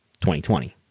2020